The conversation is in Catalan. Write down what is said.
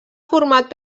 format